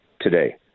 today